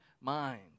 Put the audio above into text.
mind